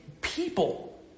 people